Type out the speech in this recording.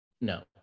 No